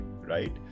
right